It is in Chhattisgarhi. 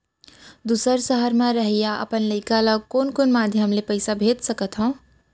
दूसर सहर म रहइया अपन लइका ला कोन कोन माधयम ले पइसा भेज सकत हव?